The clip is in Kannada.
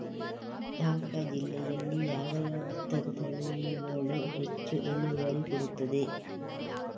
ದ.ಕ ಜಿಲ್ಲೆಯಲ್ಲಿ ಯಾವ ಯಾವ ಭತ್ತದ ತಳಿಗಳು ಹೆಚ್ಚು ಇಳುವರಿ ಕೊಡುತ್ತದೆ?